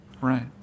Right